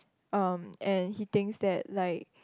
um and he thinks that like